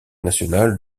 national